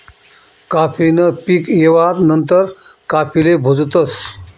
काफी न पीक येवा नंतर काफीले भुजतस